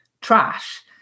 trash